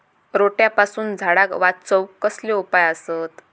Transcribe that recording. रोट्यापासून झाडाक वाचौक कसले उपाय आसत?